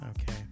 Okay